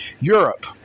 Europe